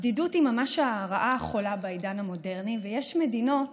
הבדידות היא הרעה החולה בעידן המודרני, ויש מדינות